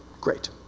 Great